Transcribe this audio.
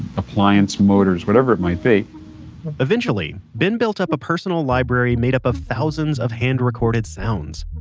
appliance motors, whatever it might be eventually, ben built up a personal library made up of thousands of hand-recorded sounds.